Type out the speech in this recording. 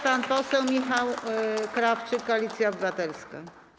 Proszę, pan poseł Michał Krawczyk, Koalicja Obywatelska.